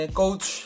coach